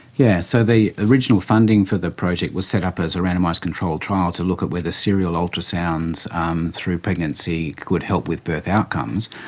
yes, so the original funding for the project was set up as a randomised controlled trial to look at whether serial ultrasounds um through pregnancy could help with birth outcomes.